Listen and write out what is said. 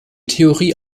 theorie